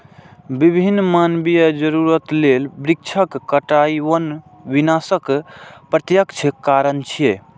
विभिन्न मानवीय जरूरत लेल वृक्षक कटाइ वन विनाशक प्रत्यक्ष कारण छियै